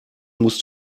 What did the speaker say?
musst